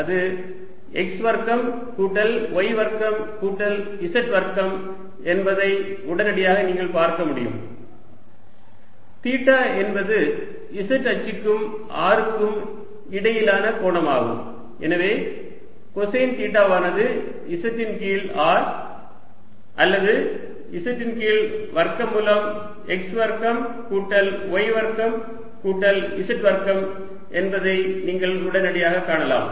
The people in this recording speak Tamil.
அது x வர்க்கம் கூட்டல் y வர்க்கம் கூட்டல் z வர்க்கம் என்பதை உடனடியாக நீங்கள் பார்க்க முடியும் r x2y2z2 தீட்டா என்பது z அச்சுக்கும் r க்கும் இடையிலான கோணமாகும் எனவே கொசைன் தீட்டாவானது z ன் கீழ் r அல்லது z ன் கீழ் வர்க்கமூலம் x வர்க்கம் கூட்டல் y வர்க்கம் கூட்டல் z வர்க்கம் என்பதை நீங்கள் உடனடியாகக் காணலாம்